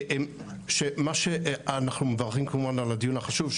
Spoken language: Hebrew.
אנחנו מברכים כמובן על הדיון החשוב,